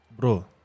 Bro